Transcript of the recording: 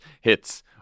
hits –